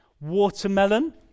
Watermelon